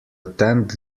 attend